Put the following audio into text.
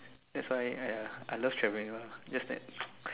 that's why ya I love traveling ya just that